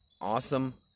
awesome